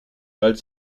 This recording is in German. als